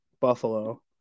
Buffalo